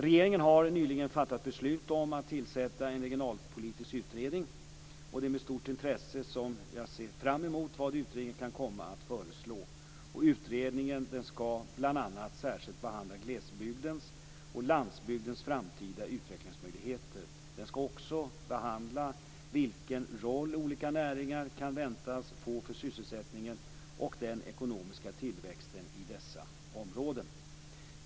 Regeringen har nyligen fattat beslut om att tillsätta en regionalpolitisk utredning. Det är med stort intresse som jag ser fram emot vad utredningen kan komma att föreslå. Utredningen skall bl.a. särskilt behandla glesbygdens och landsbygdens framtida utvecklingsmöjligheter. Den skall också behandla vilken roll olika näringar kan väntas få för sysselsättningen och den ekonomiska tillväxten i dessa områden.